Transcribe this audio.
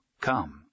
Come